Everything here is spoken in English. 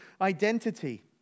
identity